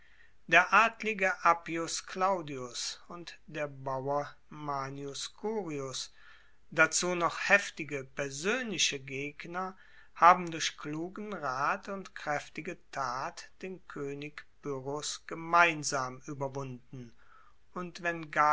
der adlige appius claudius und der bauer manius curius dazu noch heftige persoenliche gegner haben durch klugen rat und kraeftige tat den koenig pyrrhos gemeinsam ueberwunden und wenn